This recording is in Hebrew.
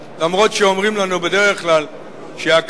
אף שאומרים לנו בדרך כלל שהכנסת